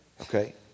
okay